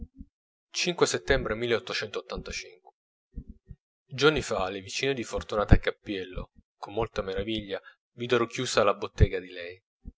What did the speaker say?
di settembre giorni fa le vicine di fortunata cappiello con molta meraviglia videro chiusa la bottega di lei